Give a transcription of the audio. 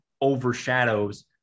overshadows